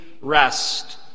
rest